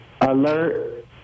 Alert